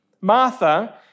Martha